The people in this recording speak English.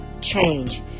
change